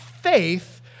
faith